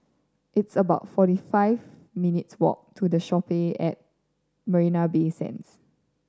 it's about fifty four minutes' walk to The Shoppes at Marina Bay Sands